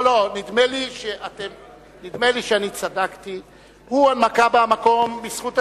נדמה לי שאני צדקתי, הוא הנמקה מהמקום בזכות עצמו,